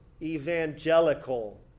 evangelical